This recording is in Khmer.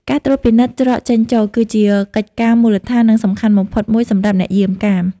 ការត្រួតពិនិត្យច្រកចេញចូល គឺជាកិច្ចការមូលដ្ឋាន និងសំខាន់បំផុតមួយសម្រាប់អ្នកយាមកាម។